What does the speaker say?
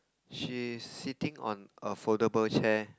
she's sitting on a foldable chair